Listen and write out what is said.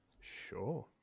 sure